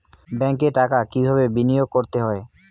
ব্যাংকে টাকা কিভাবে বিনোয়োগ করতে হয়?